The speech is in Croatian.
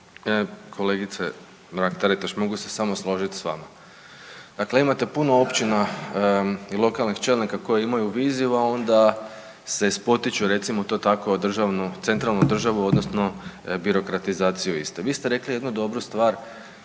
Kolegice Mrak Taritaš mogu se samo složit s vama. Dakle, imate puno općina i lokalnih čelnika koji imaju viziju, a onda se spotiču recimo to tako o državnu, centralnu državu odnosno birokratizaciju iste. Vi ste rekli jednu dobru stvar